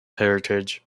heritage